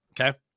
Okay